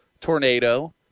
tornado